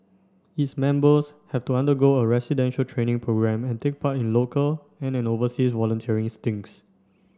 its members have to undergo a residential training programme and take part in local and an overseas volunteering stinks